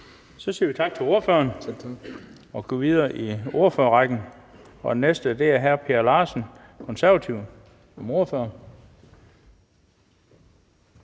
Så siger vi tak til ordføreren og går videre i ordførerrækken. Den næste er hr. Per Larsen, De Konservative, som ordfører.